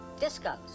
discos